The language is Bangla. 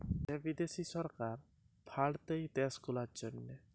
যে বিদ্যাশি সরকার ফাল্ড দেয় দ্যাশ গুলার জ্যনহে